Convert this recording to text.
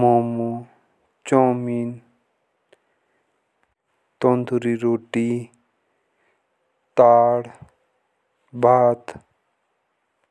Momo, chowmein, tandoori, रोटी, दाल बात।